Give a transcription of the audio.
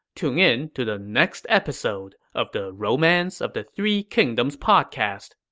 tune in to the next episode of the romance of the three kingdoms podcast.